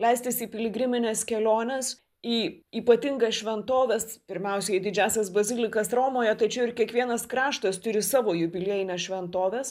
leistis į piligrimines keliones į ypatingas šventoves pirmiausia į didžiąsias bazilikas romoje tačiau ir kiekvienas kraštas turi savo jubiliejines šventoves